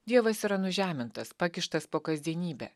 dievas yra nužemintas pakištas po kasdienybe